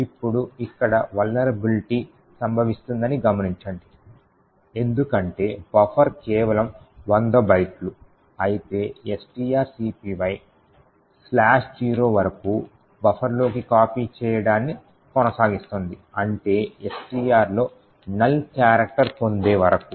ఇప్పుడు ఇక్కడ వలనరబిలిటీ సంభవిస్తుందని గమనించండి ఎందుకంటే బఫర్ కేవలం 100 బైట్లు అయితే strcpy '0' వరకు బఫర్లోకి కాపీ చేయడాన్ని కొనసాగిస్తుంది అంటే STR లో నల్ క్యారెక్టర్ పొందే వరకు